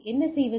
என்ன செய்வது